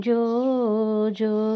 Jojo